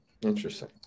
Interesting